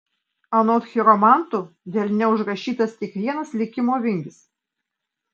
anot chiromantų delne užrašytas kiekvienas likimo vingis